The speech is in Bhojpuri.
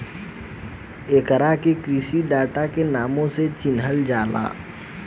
एकरा के कृषि डाटा के नामो से चिनहल जाला